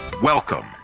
Welcome